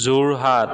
Jorhat